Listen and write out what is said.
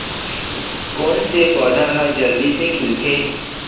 कोन से पौधा ह जल्दी से खिलथे?